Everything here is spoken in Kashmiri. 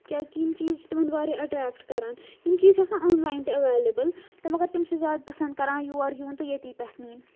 کیازِ کہِ یِم چیٖز چھِ تِمن واریاہ اَٹریکٹ کَران یِم چیٖز چھِ آسان آنلاین تہِ ایویلیبٕل تہٕ مَگر تِم چھِ زیادٕ پَسٛد کَران یور یُن تہٕ ییٚتی پٮ۪ٹھ نِنۍ